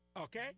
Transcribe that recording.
okay